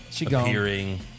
appearing